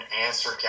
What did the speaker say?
answer